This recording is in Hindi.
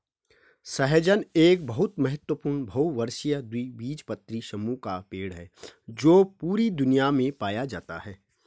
सहजन एक बहुत महत्वपूर्ण बहुवर्षीय द्विबीजपत्री समूह का पेड़ है जो पूरी दुनिया में पाया जाता है